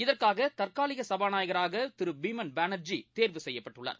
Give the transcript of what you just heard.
இதற்காகதற்காலிகசபாநாயகராகதிருபீமன் பானர்ஜி தேர்வு செய்யப்பட்டுள்ளார்